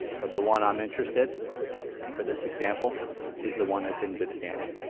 but the one i'm interested for this example is the one that's in good standing.